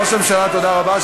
ראש הממשלה, תודה רבה.